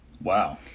Wow